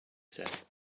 said